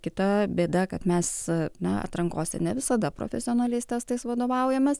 kita bėda kad mes na atrankose ne visada profesionaliais testais vadovaujamės